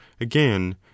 again